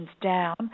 down